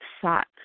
sought